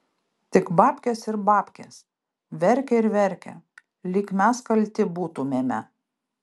tik babkės ir babkės verkia ir verkia lyg mes kalti būtumėme